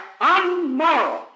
unmoral